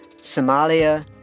Somalia